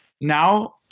now